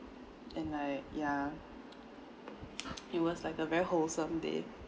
and like yeah it was like a very wholesome day